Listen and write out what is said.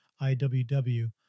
IWW